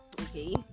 okay